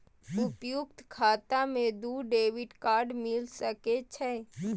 संयुक्त खाता मे दू डेबिट कार्ड मिल सके छै?